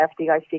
FDIC